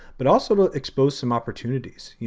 but also it'll expose some opportunities, you